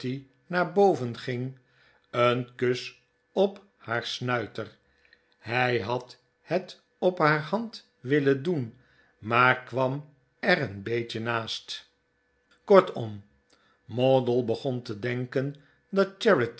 naar boven ging een kus op haar snuiter hij had het op haar hand willen doen maar kwam er een beetje naast kortom moddle begon te denken